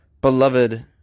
beloved